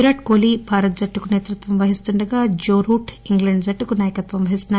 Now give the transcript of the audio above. విరాట్ కోహ్లీ భారత జట్టుకు నేతృత్వం వహిస్తుండగా జో రూట్ ఇంగ్లండ్ జట్టుకు నాయకత్వం వహిస్తున్నారు